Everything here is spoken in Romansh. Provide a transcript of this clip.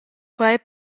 quei